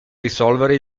risolvere